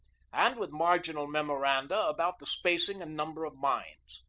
and with marginal memoranda about the spac ing and number of mines.